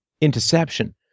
interception